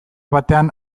batean